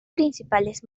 principales